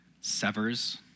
severs